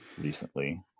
recently